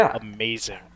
amazing